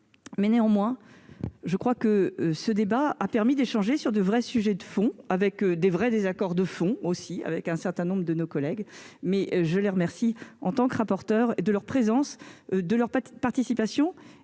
Néanmoins, ce débat a permis d'échanger sur des sujets de fond, avec des désaccords de fond, aussi, avec un certain nombre de collègues. Je les remercie, en tant que rapporteur, de leur présence, de leur participation